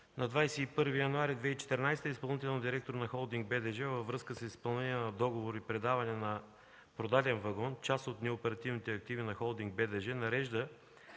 На 21 януари 2014 г. изпълнителният директор на „Холдинг БДЖ” във връзка с изпълнение на договор и предаване на продаден вагон – част от неоперативните активи на „Холдинг БДЖ”, нарежда